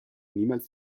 niemals